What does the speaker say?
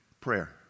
Prayer